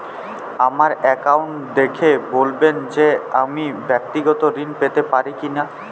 আমার অ্যাকাউন্ট দেখে বলবেন যে আমি ব্যাক্তিগত ঋণ পেতে পারি কি না?